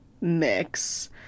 mix